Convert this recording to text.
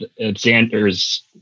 Xander's